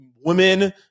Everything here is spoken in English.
women